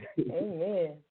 Amen